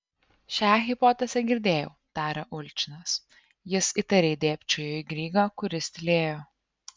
šią hipotezę girdėjau tarė ulčinas jis įtariai dėbčiojo į grygą kuris tylėjo